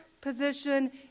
position